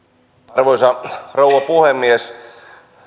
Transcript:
arvoisa rouva puhemies